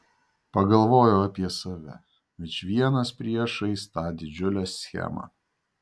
pagalvojau apie save vičvienas priešais tą didžiulę schemą